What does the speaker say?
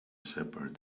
shepherd